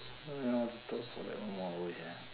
what you want to talk for like one more hour sia